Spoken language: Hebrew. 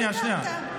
סליחה,